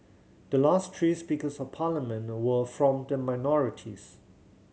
the last three Speakers of Parliament were from the minorities